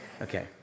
Okay